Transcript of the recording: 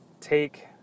take